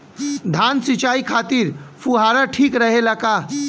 धान सिंचाई खातिर फुहारा ठीक रहे ला का?